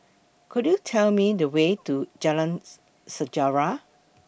Could YOU Tell Me The Way to Jalan's Sejarah